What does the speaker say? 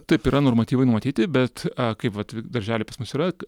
taip yra normatyvai numatyti bet a kaip vat daržely pas mus yra